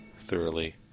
thoroughly